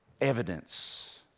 Evidence